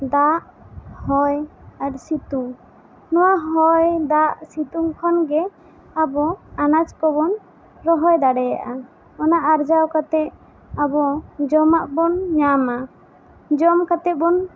ᱫᱟᱜ ᱦᱚᱭ ᱟᱨ ᱥᱤᱛᱩᱝ ᱦᱚᱭ ᱫᱟᱜ ᱥᱤᱛᱩᱝ ᱠᱷᱚᱱ ᱜᱮ ᱟᱵᱚ ᱟᱱᱟᱡᱽ ᱠᱚ ᱵᱚᱱ ᱨᱚᱦᱚᱭ ᱫᱟᱲᱮᱭᱟᱜᱼᱟ ᱚᱱᱟ ᱟᱨᱡᱟᱣ ᱠᱟᱛᱮ ᱟᱵᱚ ᱡᱚᱢᱟᱜ ᱵᱚᱱ ᱧᱟᱢᱟ ᱡᱚᱢ ᱠᱟᱛᱮ ᱵᱚᱱ